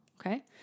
okay